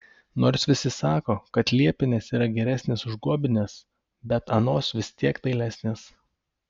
nors visi sako kad liepinės yra geresnės už guobines bet anos vis tiek dailesnės